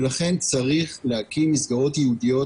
ולכן צריך להקים מסגרות ייעודיות.